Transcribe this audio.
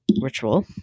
ritual